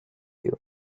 you